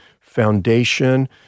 foundation